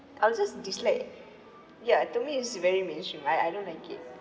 I'll just dislike ya to me is very main stream I I don't like it